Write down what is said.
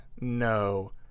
no